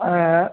অঁ